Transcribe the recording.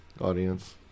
audience